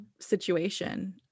situation